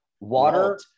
Water